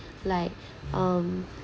like um